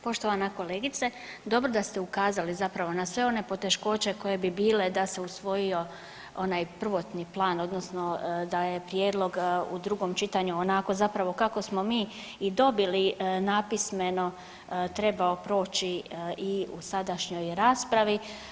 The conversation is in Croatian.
Poštovana kolegice dobro da ste ukazali zapravo na sve one poteškoće koje bi bile da se usvojio onaj prvotni plan odnosno da je prijedlog u drugom čitanju onako zapravo kako smo mi i dobili napismeno trebao proći i u sadašnjoj raspravi.